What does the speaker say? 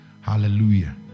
Hallelujah